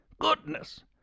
Goodness